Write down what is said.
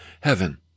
Heaven